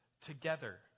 together